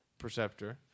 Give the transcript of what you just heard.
Perceptor